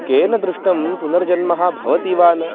केन दृष्टं पुनर्जन्म भवति वा न